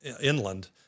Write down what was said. inland